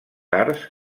arts